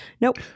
nope